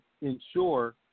ensure